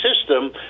system